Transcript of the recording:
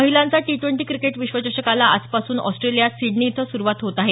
महिलांचा T twenty cricket विश्वचषकाला आजपासून ऑस्ट्रेलियात सिडनी इथं सुरूवात होत आहे